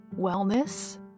wellness